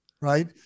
right